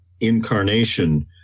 incarnation